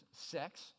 sex